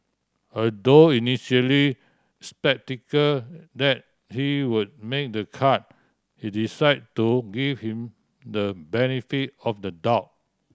although initially sceptical that he would make the cut he decide to give him the benefit of the doubt